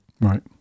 Right